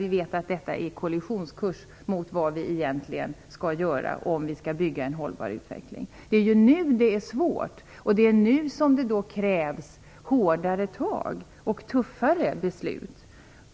Vi vet ju att detta innebär en kollisionskurs mot vad vi egentligen skall göra för att skapa en hållbar utveckling. Det är nu det är svårt, och det är nu det krävs hårdare tag och tuffare beslut.